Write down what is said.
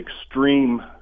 extreme